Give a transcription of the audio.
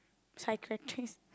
psychiatry